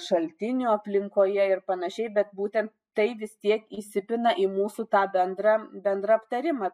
šaltinių aplinkoje ir panašiai bet būtent tai vis tiek įsipina į mūsų tą bendrą bendrą aptarimą